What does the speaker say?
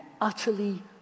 utterly